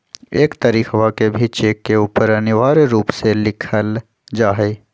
एक तारीखवा के भी चेक के ऊपर अनिवार्य रूप से लिखल जाहई